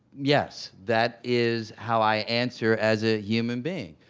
yes. that is how i answer as a human being.